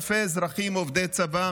אלפי אזרחים עובדי צבא,